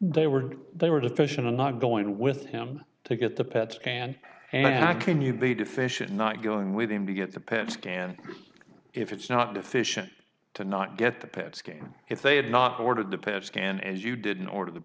they were they were deficient in not going with him to get the pets and and how can you be deficient not going with him to get the pet scan if it's not efficient to not get the pets came if they had not ordered the pet scan as you didn't order t